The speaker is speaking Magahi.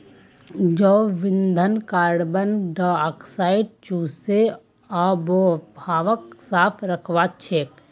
जैव ईंधन कार्बन डाई ऑक्साइडक चूसे आबोहवाक साफ राखछेक